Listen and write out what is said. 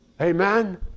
Amen